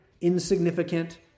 insignificant